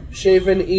shaven